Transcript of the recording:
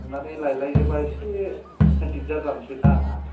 थांनानै लाइलायोबा एसे दिगदार जानसैना आंहा